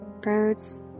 birds